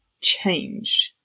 changed